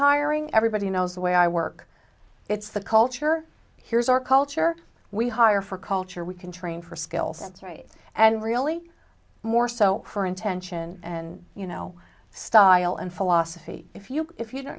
hiring everybody knows the way i work it's the culture here's our culture we hire for culture we can train for skill sets right and really more so her intention and you know style and philosophy if you if you